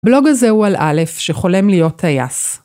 בלוג הזה הוא על א', שחולם להיות טייס.